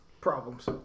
problems